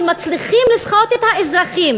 ומצליחים לסחוט את האזרחים